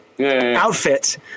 outfit